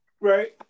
right